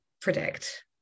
predict